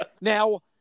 Now